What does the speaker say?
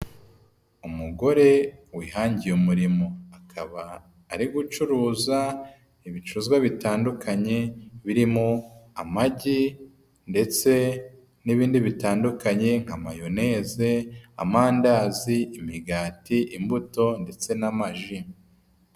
Umugore wihangiye umurimo. Akaba ari gucuruza ibicuruzwa bitandukanye birimo amagi ndetse n'ibindi bitandukanye nka mayoneze, amandazi, imigati, imbuto ndetse n'amaji.